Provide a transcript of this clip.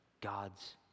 God's